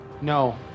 No